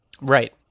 Right